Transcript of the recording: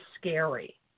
scary